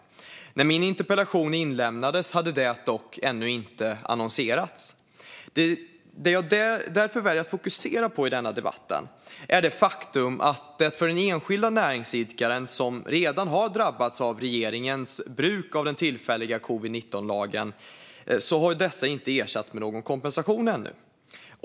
När min interpellation inlämnades hade detta dock ännu inte annonserats. Det jag därför väljer att fokusera på i denna debatt är det faktum att de enskilda näringsidkare som redan har drabbats av regeringens bruk av den tillfälliga covid-19-lagen ännu inte har ersatts med någon kompensation.